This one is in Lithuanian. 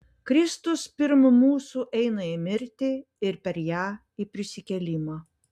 kristus pirm mūsų eina į mirtį ir per ją į prisikėlimą